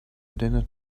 dinner